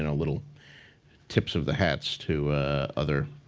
and little tips of the hats to other